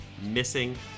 missing